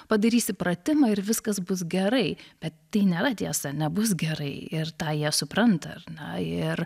padarysi pratimą ir viskas bus gerai bet tai nėra tiesa nebus gerai ir tą jie supranta ar ne ir